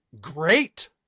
great